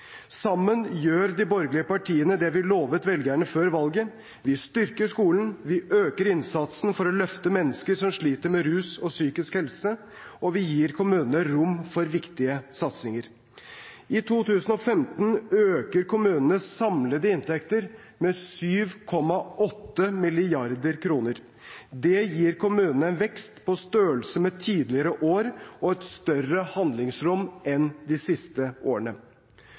Sammen gjør de borgerlige partiene det vi lovet velgerne før valget: Vi styrker skolen, vi øker innsatsen for å løfte mennesker som sliter med rus og psykisk helse, og vi gir kommunene rom for viktige satsinger. I 2015 øker kommunenes samlede inntekter med 7,8 mrd. kr. Det gir kommunene en vekst på størrelse med tidligere år og et større handlingsrom enn de siste årene.